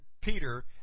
Peter